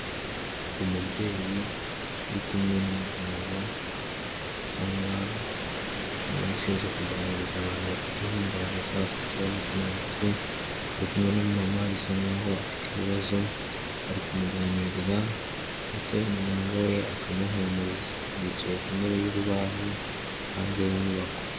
Umubyeyi uri kumwe n'umuganga cyangwa umuntu ushinzwe kuganiriza abantu bafite ihungabana cyangwa bafite ikibazo cyo mu mutwe, ari kumwe n'umumama bisa nk'aho afite ibibazo ari kumuganirira ndetse muganga we akamuhumuriza, bicaye ku ntebe y'urubaho hanze y'inyubako.